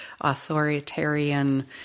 authoritarian